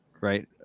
right